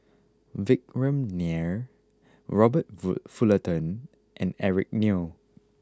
Vikram Nair Robert full Fullerton and Eric Neo